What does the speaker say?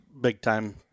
big-time